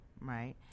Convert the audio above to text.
right